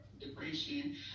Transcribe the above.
depression